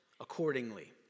accordingly